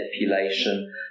manipulation